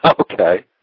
Okay